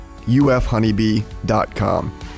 ufhoneybee.com